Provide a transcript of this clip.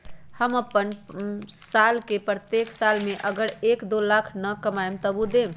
हम अपन साल के प्रत्येक साल मे अगर एक, दो लाख न कमाये तवु देम?